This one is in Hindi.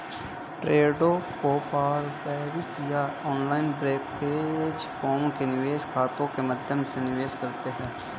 ट्रेडों को पारंपरिक या ऑनलाइन ब्रोकरेज फर्मों के निवेश खातों के माध्यम से निवेश करते है